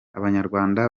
abanyarwanda